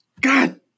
God